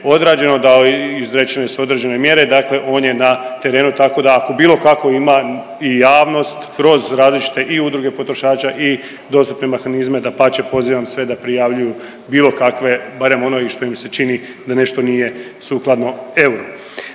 odrađeno i izrečene su određene mjere, dakle on je na terenu tako da ako bilo kako ima i javnost kroz različite i udruge potrošača i dostupne mehanizme dapače pozivam sve da prijavljuju bilo kakve barem ono i što im se čini da nešto nije sukladno euru.